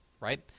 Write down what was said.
Right